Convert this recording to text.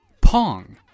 Pong